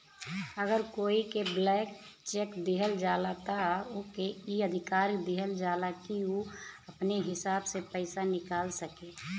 अगर कोई के ब्लैंक चेक दिहल जाला त ओके ई अधिकार दिहल जाला कि उ अपने हिसाब से पइसा निकाल सके